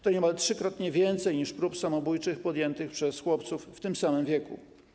To niemal trzykrotnie więcej niż prób samobójczych podjętych przez chłopców w tym samym wieku.